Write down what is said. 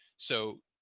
so,